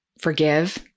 forgive